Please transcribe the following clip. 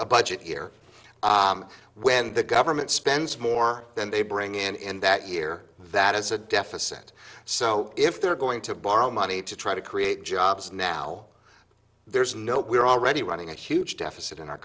a budget year when the government spends more than they bring in in that year that is a deficit so if they're going to borrow money to try to create jobs now there's no we're already running a huge deficit in our